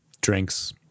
drinks